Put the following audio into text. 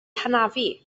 hanafu